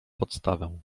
podstawę